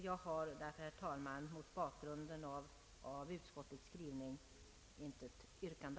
Jag har, herr talman, mot bakgrunden av utskottets skrivning intet yrkande.